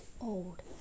old